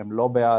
שהם לא בעד.